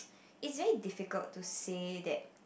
it's very difficult to say that